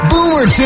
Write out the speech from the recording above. Boomer